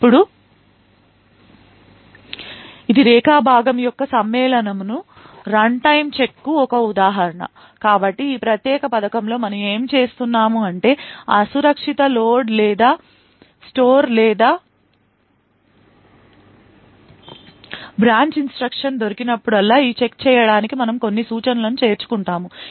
ఇప్పుడు ఇది రేఖా భాగము యొక్క సమ్మేళనము రన్టైమ్ చెక్కు ఒక ఉదాహరణ కాబట్టి ఈ ప్రత్యేక పథకంలో మనము ఏమి చేస్తున్నాం అంటే అసురక్షిత లోడ్ లేదా స్టోర్ లేదా బ్రాంచ్ ఇన్స్ట్రక్షన్ దొరికినప్పుడల్లా ఈ చెక్ చేయడానికి మనము కొన్ని సూచనలను చేర్చుకుంటాము